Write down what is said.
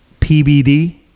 pbd